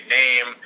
name